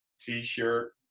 t-shirt